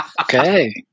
Okay